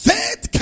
Faith